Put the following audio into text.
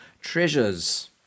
treasures